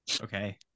Okay